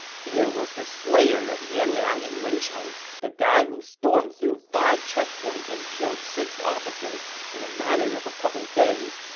here was the slayer of yan liang and wen chou, the guy who stormed through five checkpoints and killed six officers in a matter of a couple days,